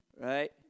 Right